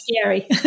scary